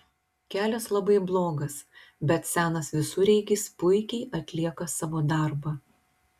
kelias labai blogas bet senas visureigis puikiai atlieka savo darbą